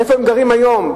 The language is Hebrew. איפה הם גרים היום?